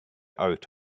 art